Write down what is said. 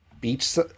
beach